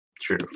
true